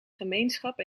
gemeenschap